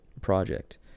project